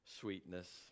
sweetness